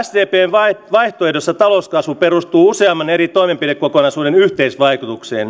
sdpn vaihtoehdossa talouskasvu perustuu useamman eri toimenpidekokonaisuuden yhteisvaikutukseen näitä ovat